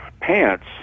pants